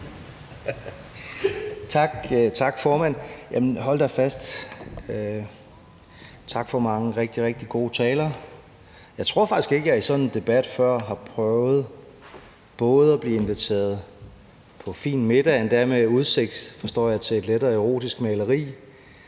Tak, formand. Jamen hold da fast, tak for mange rigtig, rigtig gode taler. Jeg tror faktisk ikke, at jeg i sådan en debat før har prøvet både at blive inviteret på fin middag, endda med udsigt, forstår jeg, til et lettere erotisk maleri